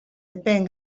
epeen